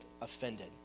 offended